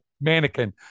mannequin